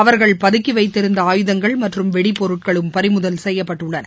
அவர்கள் பதுக்கிவைத்திருந்த ஆயுதங்கள் மற்றும் வெடிபொருட்களும் பறிமுதல் செய்யப்பட்டுள்ளன